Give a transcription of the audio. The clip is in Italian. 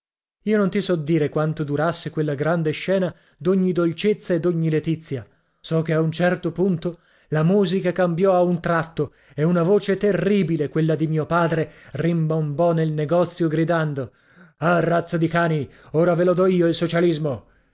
io non ti so dire quanto durasse quella grande scena d'ogni dolcezza e d'ogni letizia so che a un certo punto la musica cambiò a un tratto e una voce terribile quella di mio padre rimbombò nel negozio gridando ah razza di cani ora ve lo dò io il socialismo